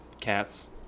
cats